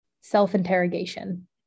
Self-interrogation